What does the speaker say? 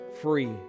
free